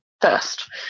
first